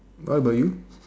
what about you